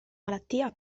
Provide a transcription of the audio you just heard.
malattia